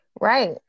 Right